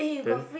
then